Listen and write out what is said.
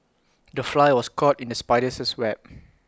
the fly was caught in the spider's web